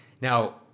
Now